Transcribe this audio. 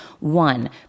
One